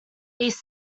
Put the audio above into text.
east